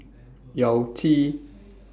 Yao Zi